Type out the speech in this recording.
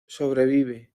sobrevive